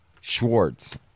Schwartz